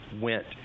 went